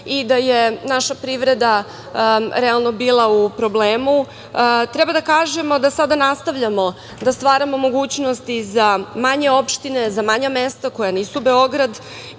i da je naša privreda realno bila u problemu, treba da kažemo da sada nastavljamo da stvaramo mogućnosti za manje opštine, za manja mesta koja nisu Beograd